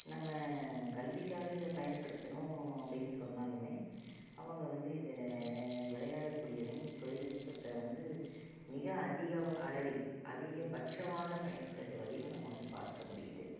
நம்ம கல்விக்காக இதை பயன்படுத்தனும் அப்படின்னு சொன்னாலுமே அவங்க வந்து இதில் விளையாடக்கூடியதும் தொழில்நுட்பத்தை வந்து மிக அதிக அளவில் அதிகபட்சமாக பயன்படுத்துவதையும் நம்ம வந்து பார்க்க முடியுது